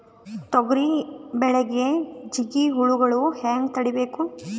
ತೊಗರಿ ಬೆಳೆಗೆ ಜಿಗಿ ಹುಳುಗಳು ಹ್ಯಾಂಗ್ ತಡೀಬೇಕು?